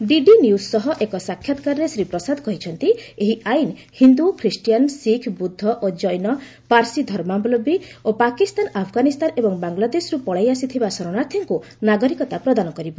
DD news ସହ ଏକ ସାକ୍ଷାତକାରରେ ଶ୍ରୀ ପ୍ରସାଦ କହିଛନ୍ତି ଏହି ଆଇନ୍ ହିନ୍ଦୁ ଖ୍ରୀଷ୍ଟିଆନ୍ ଶିଖ୍ ବୁଦ୍ଧ ଓ ଜୈନ ଏବଂ ପାର୍ସୀ ଧର୍ମାବଲମ୍ୟୀ ଓ ପାକିସ୍ତାନ ଆଫଗାନିସ୍ଥାନ ଏବଂ ବାଂଲାଦେଶରୁ ପଳାଇ ଆସିଥିବା ଶରଣାର୍ଥୀଙ୍କୁ ନାରଗିକତା ପ୍ରଦାନ କରିବ